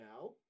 now